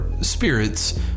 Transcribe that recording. spirits